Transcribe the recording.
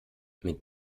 mit